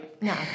No